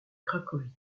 cracovie